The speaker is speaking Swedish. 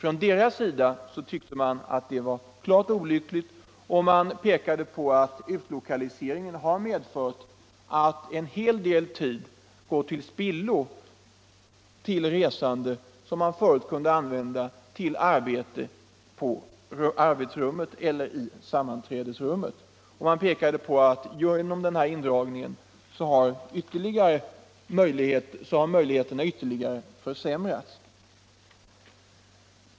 Man tyckte från deras sida att det var olyckligt, och man pekade på att utlokaliseringen har medfört att en hel del tid förspills till resande — tid som man förut kunde använda till arbete i arbetsrum eller sammanträdesrum. Genom denna indragning har, påpekade man, arbetsmöjligheterna ytterligare försämrats.